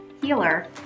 healer